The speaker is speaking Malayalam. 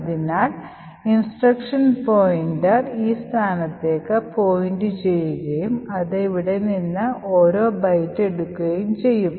അതിനാൽ ഇൻസ്ട്രക്ഷൻ പോയിന്റർ ഈ സ്ഥാനത്തേക്ക് പോയിന്റുചെയ്യുകയും അത് ഇവിടെ നിന്ന് ഓരോ ബൈറ്റും ഏടുക്കുകയും ചെയ്യും